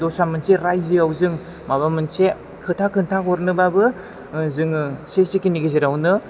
दस्रा मोनसे रायजोयाव जों माबा मोनसे खोथा खोथा हरनोबाबो जोङो से सेकेन्दनि गेजेरावनो